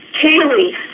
Kaylee